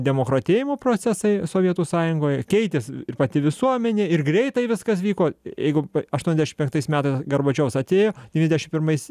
demokratėjimo procesai sovietų sąjungoje keitėsi ir pati visuomenė ir greitai viskas vyko jeigu aštuoniasdešimt penktais metais gorbačiovas atė devyniasdešimt pirmais